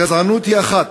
הגזענות היא אחת,